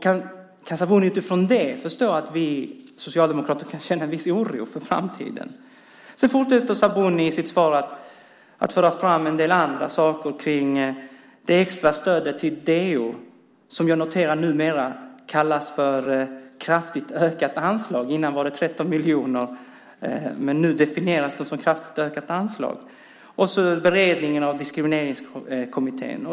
Kan Sabuni utifrån det förstå att vi socialdemokrater kan känna viss oro inför framtiden? Sabuni fortsätter i sitt svar att föra fram en del andra saker kring det extra stödet till DO, som jag noterar numera kallas för "kraftigt ökat anslag". Tidigare var det "13 miljoner", men nu definieras det som "kraftigt ökat anslag". Hon nämner beredningen av Diskrimineringskommittén.